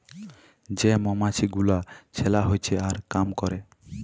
যে মমাছি গুলা ছেলা হচ্যে আর কাম ক্যরে